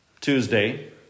Tuesday